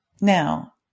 Now